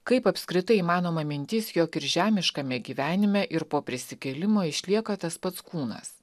kaip apskritai įmanoma mintis jog ir žemiškame gyvenime ir po prisikėlimo išlieka tas pats kūnas